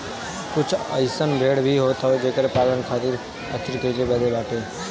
कुछ अइसन भेड़ भी होत हई जेकर पालन खाली बाल खातिर कईल जात बाटे